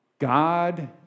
God